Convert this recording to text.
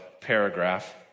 paragraph